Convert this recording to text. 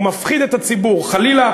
הוא מפחיד את הציבור: חלילה,